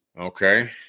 Okay